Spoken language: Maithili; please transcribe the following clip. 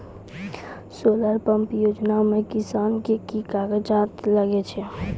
सोलर पंप योजना म किसान के की कागजात लागै छै?